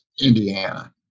Indiana